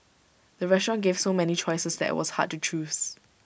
the restaurant gave so many choices that IT was hard to choose